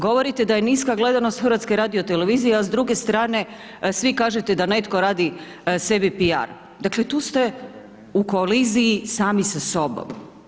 Govoriti da je niska gledanost HRT-a a s druge strane svi kažete da netko radi sebi PR, dakle tu ste u koliziji sami sa sobom.